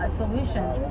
solutions